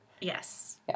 Yes